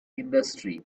industry